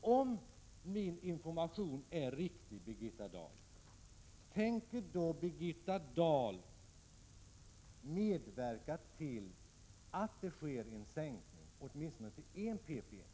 Om denna information är riktig, vill jag fråga Birgitta Dahl om hon tänker medverka till att det sker en sänkning, åtminstone till I ppm.